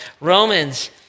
Romans